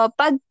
pag